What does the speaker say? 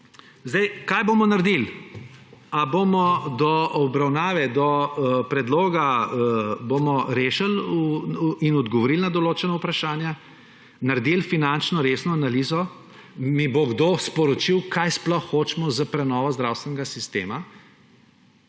Kaj bomo naredili? Ali bomo do obravnave, do predloga rešili in odgovorili na določena vprašanja? Naredili resno finančno analizo? Mi bo kdo sporočil, kaj sploh hočemo s prenovo zdravstvenega sistema?